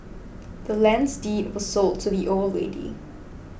the land's deed was sold to the old lady